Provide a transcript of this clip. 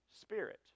Spirit